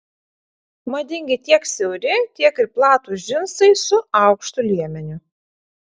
madingi tiek siauri tiek ir platūs džinsai su aukštu liemeniu